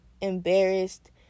embarrassed